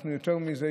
יותר מזה,